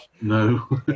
No